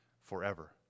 forever